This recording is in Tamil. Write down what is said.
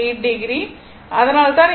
8o அதனால்தான் இந்த வோல்டேஜ் 42